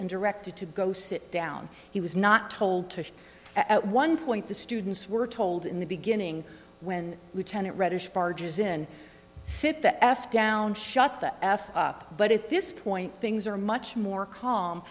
and directed to go sit down he was not told to at one point the students were told in the beginning when tenet redish barges in sit the f down shut the f up but at this point things are much more calm